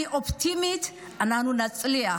אני אופטימית, אנחנו נצליח.